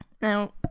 now